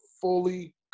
fully